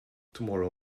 tomorrow